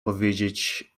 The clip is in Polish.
powiedzieć